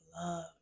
love